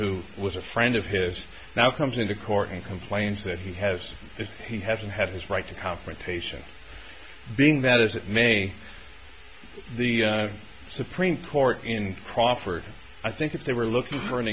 who was a friend of his now comes into court and complains that he has if he hasn't had his right to confrontation being that as it may the supreme court in crawford i think if they were looking for an